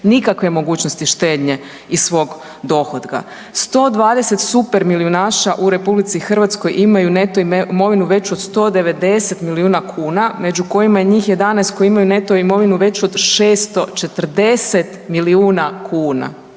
nikakve mogućnosti štednje iz svog dohotka. 120 super milijunaša u RH imaju neto imovinu veću od 190 milijuna kuna, među kojima je njih 11 koji imaju neto imovinu veću od 640 milijuna kuna.